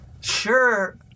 sure